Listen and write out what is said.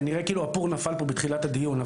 ונראה כאילו הפור נפל פה בתחילת הדיון,